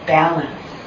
balance